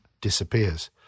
disappears